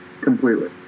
Completely